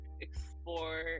explore